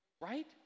right